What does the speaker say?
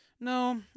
No